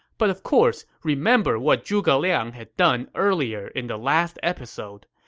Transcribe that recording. but of course, remember what zhuge liang had done earlier in the last episode.